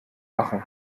machen